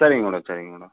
சரிங்க மேடம் சரிங்க மேடம்